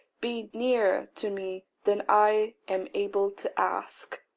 be nearer to me than i am able to ask.